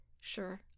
sure